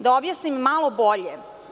Da objasnim malo bolje.